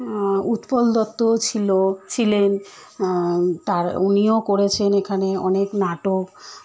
উৎপল দত্তও ছিলো ছিলেন তাঁর উনিও করেছেন এখানে অনেক নাটক